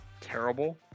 terrible